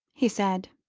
he said.